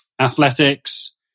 athletics